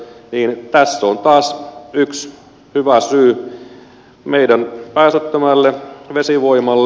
tässä on taas yksi hyvä syy meidän päästöttömälle vesivoimalle